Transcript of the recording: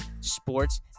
Sports